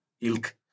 ilk